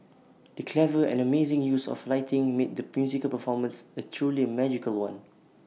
the clever and amazing use of lighting made the musical performance A truly magical one